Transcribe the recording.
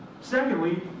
Secondly